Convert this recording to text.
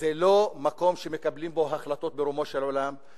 זה לא מקום שמקבלים בו החלטות ברומו של עולם.